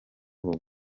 ubu